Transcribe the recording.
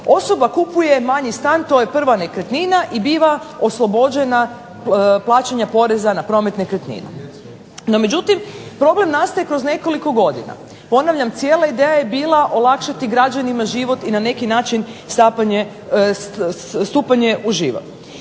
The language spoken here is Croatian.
osoba kupuje manji stan, to je prva nekretnina i biva oslobođenja plaćanja poreza na promet nekretnina. No međutim, problem nastaje kroz nekoliko godina, ponavljam cijela ideja je bila olakšati građanima život i na neki način stupanje u život.